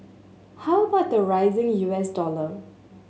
how about the rising U S dollar